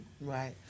Right